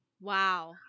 Wow